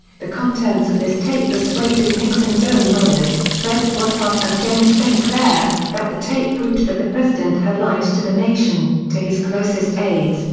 the contents of this tape persuaded nixon's own lawyers, fred buzhardt and james st. clair, that the tape proved that the president had lied to the nation, to his closest aides,